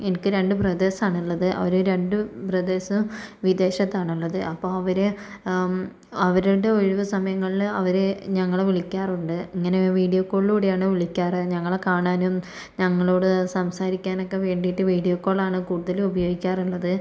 എനിക്ക് രണ്ട് ബ്രദേഴ്സാണ് ഉള്ളത് അവര് രണ്ട് ബ്രദേഴ്സും വിദേശത്താണ് ഉള്ളത് അപ്പം അവര് അവരുടെ ഒഴിവ് സമയങ്ങളില് അവര് ഞങ്ങള് വിളിക്കാറുണ്ട് ഇങ്ങനെ വീഡിയോ കോളിലൂടെയാണ് വിളിക്കാറ് ഞങ്ങളെ കാണാനും ഞങ്ങളോട് സംസാരിക്കാൻ ഒക്കെ വേണ്ടീട്ട് വീഡിയോ കോളാണ് കൂടുതലും ഉപയോഗിക്കാറുള്ളത്